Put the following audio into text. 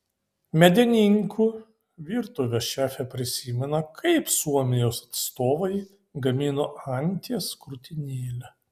medininkų virtuvės šefė prisimena kaip suomijos atstovai gamino anties krūtinėlę